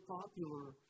popular